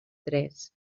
tres